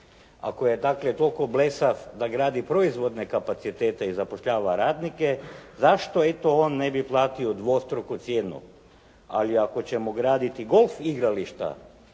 dakle toliko blesav da gradi proizvodne kapacitete i zapošljava radnike, zašto eto on ne bi platio dvostruku cijenu? Ali ako ćemo graditi golf igrališta,